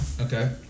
Okay